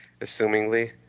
Assumingly